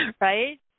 Right